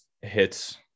hits